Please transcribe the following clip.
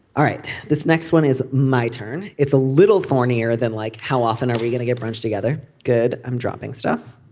all right. this next one is my turn. it's a little thornier than like how often are we going to get brunch together. good. i'm dropping stuff.